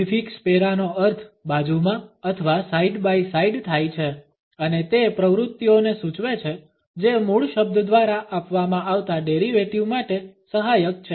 prefix para નો અર્થ બાજુમાં અથવા સાઈડ બાય સાઇડ થાય છે અને તે પ્રવૃત્તિઓને સૂચવે છે જે મૂળ શબ્દ દ્વારા આપવામાં આવતાં ડેરિવેટિવ માટે સહાયક છે